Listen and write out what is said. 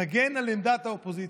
תגן על עמדת האופוזיציה.